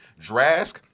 Drask